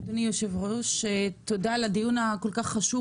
אדוני היושב ראש, תודה על הדיון הכול כך חשוב.